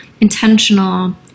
intentional